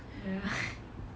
ya